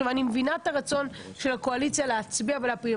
אני מבינה את הרצון של הקואליציה להצביע ולהפיל,